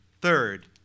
third